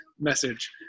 message